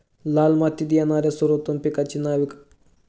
लाल मातीत येणाऱ्या सर्वोत्तम पिकांची नावे?